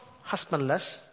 husbandless